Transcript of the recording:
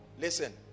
listen